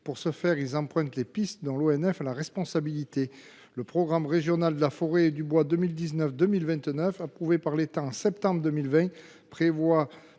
Pour ce faire, ils empruntent les pistes dont l’ONF a la responsabilité. Pour cela, le programme national de la forêt et du bois (PNFB) 2019 2029, approuvé par l’État en septembre 2020, prévoit,